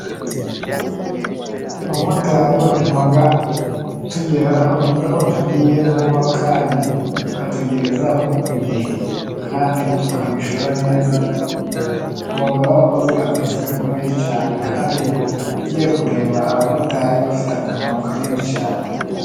Abamotari batuma tugera aho tugiye vuba, kandi bakatugezarezaho ku gihe. Kandi tukabishyura neza, baba bakoze akazi gakomeye cyane, kandi ugiye kureba, abamotari bafite akamaro kanini cyane.